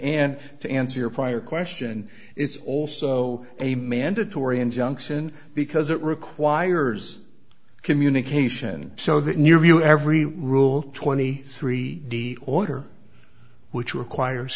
and to answer your prior question it's also a mandatory injunction because it requires communication so that in your view every rule twenty three d order which requires